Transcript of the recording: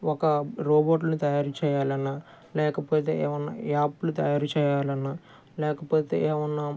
ఒక రోబోట్లును తయారు చేయాలన్న లేకపోతే ఏవైనా యాప్లు తయారు చేయాలన్న లేకపోతే ఎవైనా